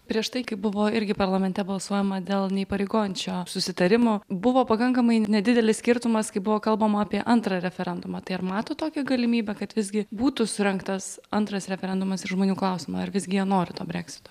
prieš tai kai buvo irgi parlamente balsuojama dėl neįpareigojančio susitarimo buvo pakankamai nedidelis skirtumas kai buvo kalbama apie antrą referendumą tai ar mato tokią galimybę kad visgi būtų surengtas antras referendumas ir žmonių klausiama ar visgi jie nori to breksito